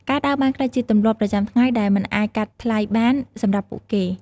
ការដើរបានក្លាយជាទម្លាប់ប្រចាំថ្ងៃដែលមិនអាចកាត់ថ្លៃបានសម្រាប់ពួកគេ។